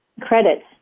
credits